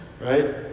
right